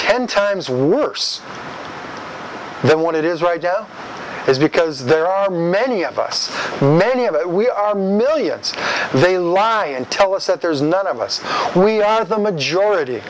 ten times worse than what it is right now is because there are many of us many of it we are millions they lie and tell us that there's none of us we are the majority